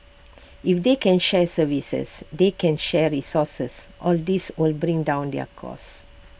if they can share services they can share resources all these will bring down their cost